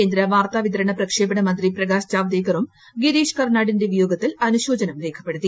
കേന്ദ്ര വാർത്താവിതരണ പ്രക്ഷേപണ മന്ത്രി പ്രകാശ് ജാവ്ദേക്കറും ഗിരീഷ് കർണാടിന്റെ വിയോഗത്തിൽ അനുശോചനം രേഖപ്പെടുത്തി